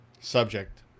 subject